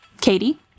Katie